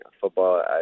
football